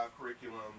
curriculum